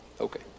Okay